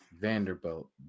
Vanderbilt